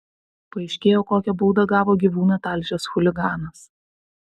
paaiškėjo kokią baudą gavo gyvūną talžęs chuliganas